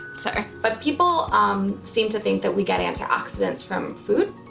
so but people um seem to think that we get antioxidants from food,